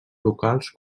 locals